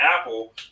Apple